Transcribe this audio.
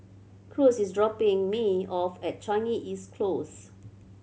Cruz is dropping me off at Changi East Close